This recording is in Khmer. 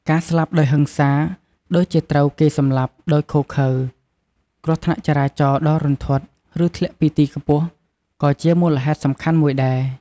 ការស្លាប់ដោយហិង្សា ដូចជាត្រូវគេសម្លាប់ដោយឃោរឃៅ គ្រោះថ្នាក់ចរាចរណ៍ដ៏រន្ធត់ ឬធ្លាក់ពីទីខ្ពស់ ក៏ជាមូលហេតុសំខាន់មួយដែរ។